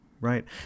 Right